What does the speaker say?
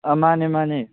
ꯑꯥ ꯃꯥꯟꯅꯦ ꯃꯥꯟꯅꯦ